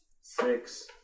Six